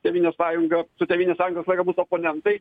tėvynės sąjunga su tėvynės sąjunga visą laiką bus oponentai